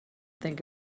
think